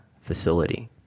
facility